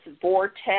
vortex